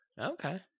okay